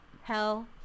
Hell